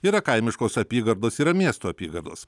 yra kaimiškos apygardos yra miestų apygardos